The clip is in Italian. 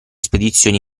spedizioni